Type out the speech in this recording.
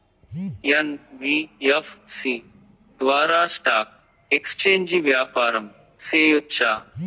NBFC ద్వారా stock exchange వ్యాపారం సేయొచ్చా?